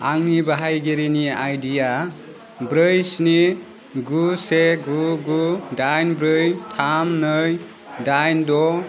आंनि बाहायगिरिनि आइडि या ब्रै स्नि गु से गु गु दाइन ब्रै थाम नै दाइन द'